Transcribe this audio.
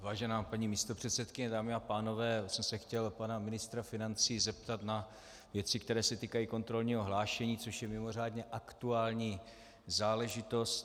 Vážená paní místopředsedkyně, dámy a pánové, já jsem se chtěl pana ministra financí zeptat na věci, které se týkají kontrolního hlášení, což je mimořádně aktuální záležitost.